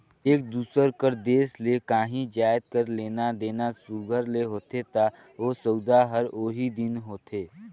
एक दूसर कर देस ले काहीं जाएत कर लेना देना सुग्घर ले होथे ता ओ सउदा हर ओही दिन होथे